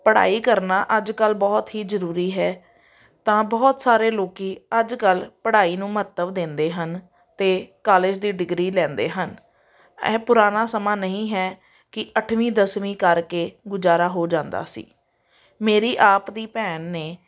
ਪੜ੍ਹਾਈ ਕਰਨਾ ਅੱਜ ਕੱਲ੍ਹ ਬਹੁਤ ਹੀ ਜ਼ਰੂਰੀ ਹੈ ਤਾਂ ਬਹੁਤ ਸਾਰੇ ਲੋਕ ਅੱਜ ਕੱਲ੍ਹ ਪੜ੍ਹਾਈ ਨੂੰ ਮਹੱਤਵ ਦਿੰਦੇ ਹਨ ਅਤੇ ਕਾਲਜ ਦੀ ਡਿਗਰੀ ਲੈਂਦੇ ਹਨ ਇਹ ਪੁਰਾਣਾ ਸਮਾਂ ਨਹੀਂ ਹੈ ਕਿ ਅੱਠਵੀਂ ਦਸਵੀਂ ਕਰਕੇ ਗੁਜ਼ਾਰਾ ਹੋ ਜਾਂਦਾ ਸੀ ਮੇਰੀ ਆਪਦੀ ਭੈਣ ਨੇ